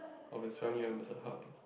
of his family on the lah